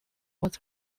was